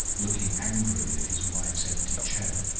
looking angrily at his wife's empty chair.